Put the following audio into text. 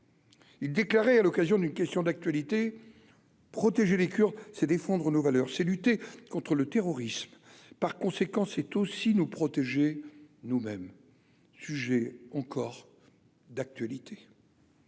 Il déclarait à l'occasion d'une question d'actualité, protéger les Kurdes, c'est défendre nos valeurs, c'est lutter contre le terrorisme, par conséquent, c'est aussi nous protéger nous-mêmes